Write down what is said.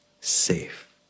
safe